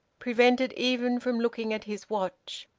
prevented even from looking at his watch.